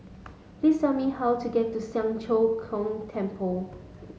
please tell me how to get to Siang Cho Keong Temple